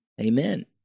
Amen